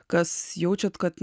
kas jaučiat kad